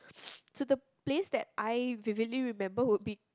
so the place that I vividly remember would be